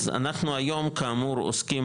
אז אנחנו היום, כאמור, עוסקים